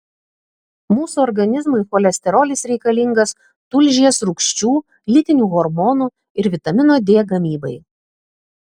mūsų organizmui cholesterolis reikalingas tulžies rūgščių lytinių hormonų ir vitamino d gamybai